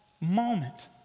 moment